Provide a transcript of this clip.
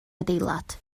adeilad